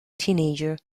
teenager